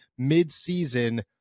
midseason